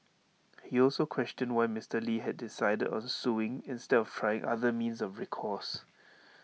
he also questioned why Mister lee had decided on suing instead of trying other means of recourse